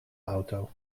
auto